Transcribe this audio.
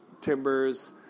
timbers